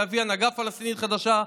להביא הנהגה פלסטינית חדשה,